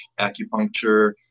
acupuncture